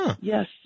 Yes